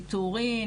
פיטורין,